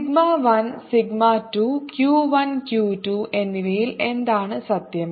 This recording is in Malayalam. സിഗ്മ 1 സിഗ്മ 2 Q 1 Q 2 എന്നിവയിൽ എന്താണ് സത്യം